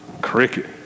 Cricket